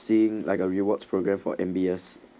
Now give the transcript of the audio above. seeing like a rewards program for M_B_S